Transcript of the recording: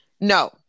No